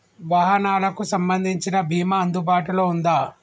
వాహనాలకు సంబంధించిన బీమా అందుబాటులో ఉందా?